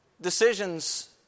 decisions